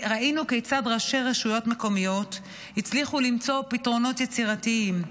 ראינו כיצד ראשי רשויות מקומיות הצליחו למצוא פתרונות יצירתיים,